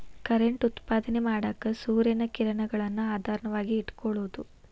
current ಉತ್ಪಾದನೆ ಮಾಡಾಕ ಸೂರ್ಯನ ಕಿರಣಗಳನ್ನ ಆಧಾರವಾಗಿ ಇಟಕೊಳುದು